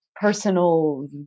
personal